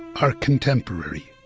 our contemporary.